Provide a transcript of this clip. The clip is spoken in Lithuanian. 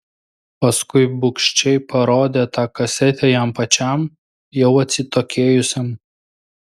paskui bugščiai parodė tą kasetę jam pačiam jau atsitokėjusiam